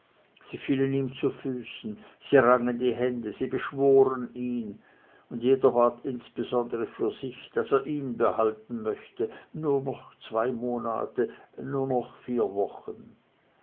sie fielen ihm zu füßen sie rangen die hände sie beschworen ihn und jeder bat insbesondere für sich daß er ihn behalten möchte nur noch zwei monate nur noch vier wochen